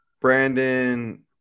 Brandon